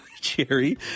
Jerry